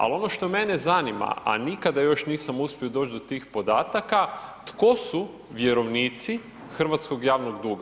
Al ono što mene zanima, a nikada još nisam uspio doći do tih podataka tko su vjerovnici hrvatskog javnog duga?